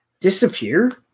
disappear